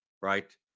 Right